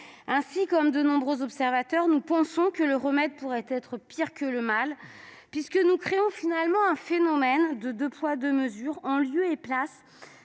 Ainsi, comme de nombreux observateurs, nous pensons que le remède pourrait être pire que le mal, puisque nous créons finalement un système de deux poids deux mesures, en lieu et place